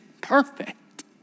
perfect